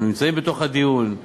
הם נמצאים בתוך הדיון,